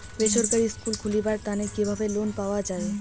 বেসরকারি স্কুল খুলিবার তানে কিভাবে লোন পাওয়া যায়?